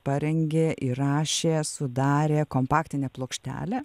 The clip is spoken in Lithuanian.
parengė įrašė sudarė kompaktinę plokštelę